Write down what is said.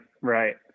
right